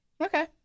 Okay